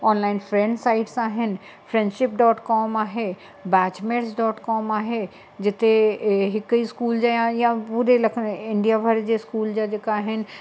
online friends sites आहिनि friendship dot com आहे batchmate dot com आहे जिते हिक ई स्कूल जा या या पूरे लखनि इंडिया भर जे स्कूल जा जेका आहिनि